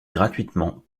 gratuitement